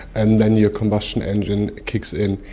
and then your combustion engine kicks in,